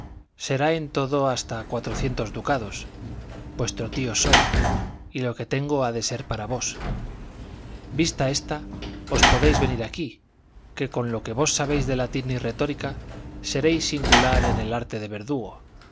será en todo hasta cuatrocientos ducados vuestro tío soy y lo que tengo ha de ser para vos vista ésta os podéis venir aquí que con lo que vos sabéis de latín y retórica seréis singular en el arte de verdugo